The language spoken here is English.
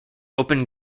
open